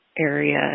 area